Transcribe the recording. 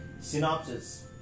synopsis